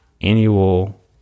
annual